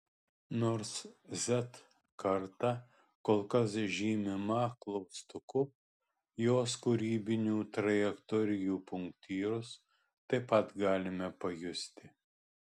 nors z karta kol kas žymima klaustuku jos kūrybinių trajektorijų punktyrus taip pat galime pajusti